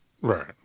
Right